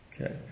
Okay